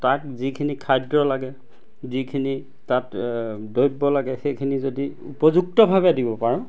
তাক যিখিনি খাদ্য লাগে যিখিনি তাত দ্ৰব্য লাগে সেইখিনি যদি উপযুক্তভাৱে দিব পাৰোঁ